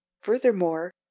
furthermore